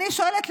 אני שואלת,